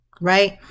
right